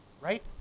right